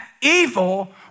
evil